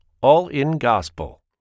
all-in-gospel